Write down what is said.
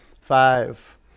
Five